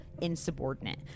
insubordinate